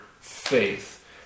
faith